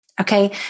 Okay